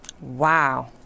Wow